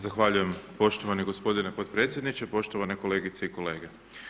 Zahvaljujem poštovani gospodine potpredsjedniče, poštovane kolegice i kolege.